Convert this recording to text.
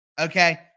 Okay